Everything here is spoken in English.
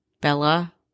Bella